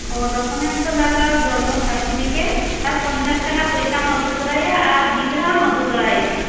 ᱚ ᱰᱚᱠᱚᱢᱮᱱᱥ ᱫᱚ ᱞᱟᱜᱟᱼᱟ ᱡᱚᱱᱢᱚ ᱥᱟᱨᱴᱤᱯᱷᱤᱠᱮᱴ ᱟᱨ ᱯᱚᱧᱪᱟᱥ ᱴᱟᱠᱟ ᱯᱚᱭᱥᱟᱢ ᱟ ᱜᱩ ᱛᱚᱨᱟᱭᱟ ᱟᱨ ᱜᱤᱫᱽᱨᱟᱹ ᱦᱚᱸᱢ ᱟ ᱜᱩ ᱛᱚᱨᱟ ᱮᱭᱟ